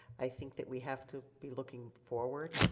i think that we have to be looking forward.